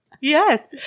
Yes